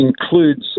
Includes